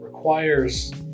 requires